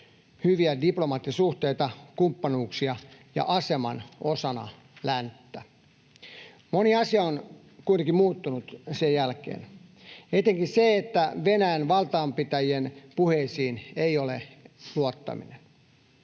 hyviä diplomaattisuhteita, kumppanuuksia ja aseman osana länttä. Moni asia on kuitenkin muuttunut sen jälkeen, etenkin se, että Venäjän valtaapitävien puheisiin ei ole luottaminen.